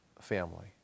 family